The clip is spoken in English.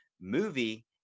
movie